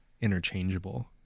interchangeable